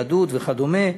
יהדות וכדומה.